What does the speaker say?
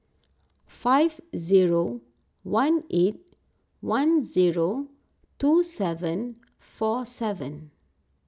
five zero one eight one zero two seven four seven